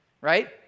right